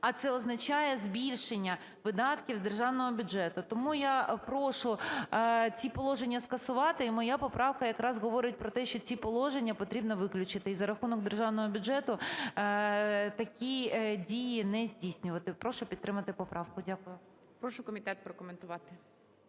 а це означає збільшення видатків з державного бюджету. Тому я прошу ці положення скасувати. І моя поправка якраз говорить про те, що ці положення потрібно виключити і за рахунок державного бюджету такі дії не здійснювати. Прошу підтримати поправку. Дякую. ГОЛОВУЮЧИЙ. Прошу комітет прокоментувати.